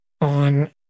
on